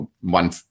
one